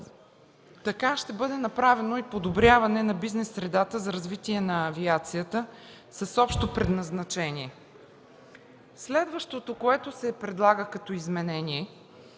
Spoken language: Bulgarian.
Така ще бъде направено и подобряване на бизнес средата за развитие на авиацията с общо предназначение. Следващото, което се предлага като изменение,